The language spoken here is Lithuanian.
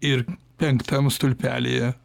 ir penktam stulpelyje